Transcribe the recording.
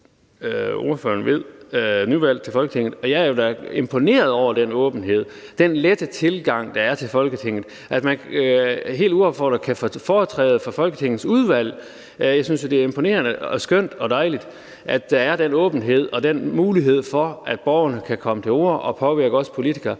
ordføreren ved, nyvalgt til Folketinget, og jeg er da imponeret over den åbenhed og den lette tilgang, der er til Folketinget, og at man helt uopfordret kan få foretræde for Folketingets udvalg. Jeg synes jo, det er imponerende og skønt og dejligt, at der er en åbenhed og den mulighed for, at borgerne kan komme til orde og påvirke os politikere